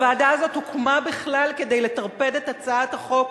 הוועדה הזאת הוקמה בכלל כדי לטרפד את הצעת החוק